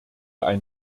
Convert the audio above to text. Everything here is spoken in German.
ein